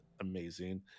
amazing